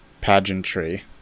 pageantry